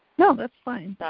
no, that's fine.